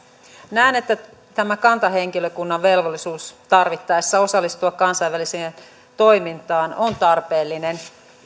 näen että tämä kantahenkilökunnan velvollisuus tarvittaessa osallistua kansainväliseen toimintaan on tarpeellinen